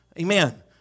Amen